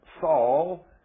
Saul